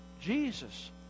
Jesus